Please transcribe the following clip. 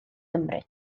gymru